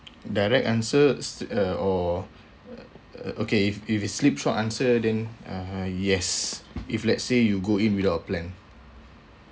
direct answers uh or uh uh okay if if you sleep through answer then uh yes if let's say you go in without a plan